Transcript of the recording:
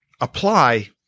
apply